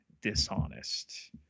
dishonest